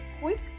quick